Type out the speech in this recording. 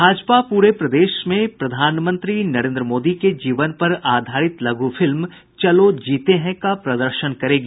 भाजपा पूरे प्रदेश में प्रधानमंत्री नरेंद्र मोदी के जीवन पर आधारित लघु फिल्म चलो जीते हैं का प्रदर्शन करेगी